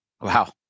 Wow